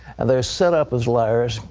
and they're set up as liars.